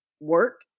work